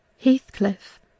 Heathcliff